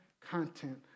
content